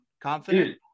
confident